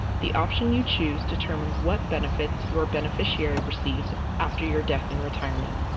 the option you choose determines what benefits your beneficiary receives after your death in retirement.